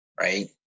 right